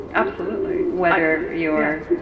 absolutely whether you're,